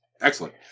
Excellent